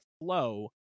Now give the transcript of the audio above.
flow